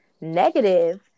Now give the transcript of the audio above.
negative